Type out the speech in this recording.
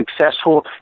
successful